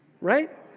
right